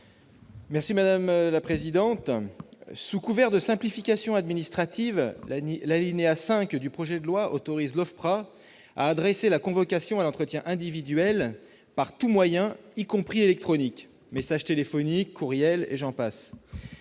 M. Guillaume Gontard. Sous couvert de simplification administrative, l'article 5 du projet de loi autorise l'OFPRA à adresser la convocation à l'entretien individuel « par tout moyen », y compris électronique : messages téléphoniques, courriels, et j'en passe.